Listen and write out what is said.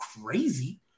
crazy